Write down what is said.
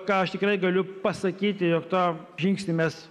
ką aš tikrai galiu pasakyti jog tą žingsnį mes